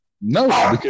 No